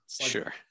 Sure